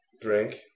drink